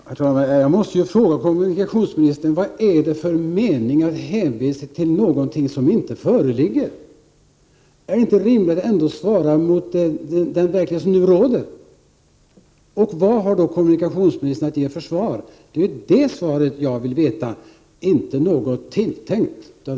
Herr talman! Jag måste fråga kommunikationsministern: Vad är det för mening med att hänvisa till någonting som inte föreligger? Är det inte rimligt att svara mot bakgrund av den verklighet som nu råder? Vad har kommunikationsministern då för svar att ge? Det är det svaret jag efterfrågar och inte något tilltänkt.